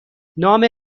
نام